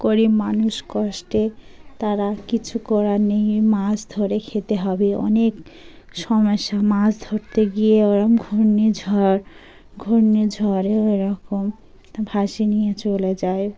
গরিব মানুষ কষ্টে তারা কিছু করার নেই মাছ ধরে খেতে হবে অনেক সমস্যা মাছ ধরতে গিয়ে ওরকম ঘূর্ণিঝড় ঘূর্ণিঝড়ে ওরকম ভাসিয়ে নিয়ে চলে যায়